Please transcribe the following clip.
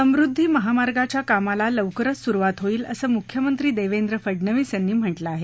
समुद्दी महामार्गाच्या कामाला लवकरच सुरुवात होईल असं मुख्यमंत्री देवेंद्र फडनवीस यांनी म्हटलं आहे